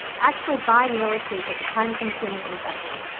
actually buying real estate is a time-consuming investment.